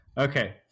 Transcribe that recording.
Okay